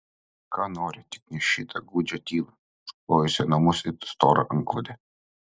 ką nori tik ne šitą gūdžią tylą užklojusią namus it stora antklode